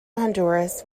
honduras